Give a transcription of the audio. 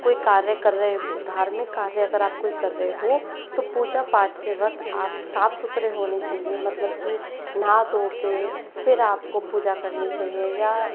कोई कार्य कर रहे हो धार्मिक कार्य अगर आप कोई कर रहे हो तो पूजा पाठ के वक़्त आप साफ़ सुथरे होने चाहिए मतलब कि नहा धोकर फिर आपको पूजा करनी चाहिए या